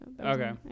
okay